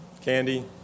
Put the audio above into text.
Candy